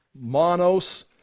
monos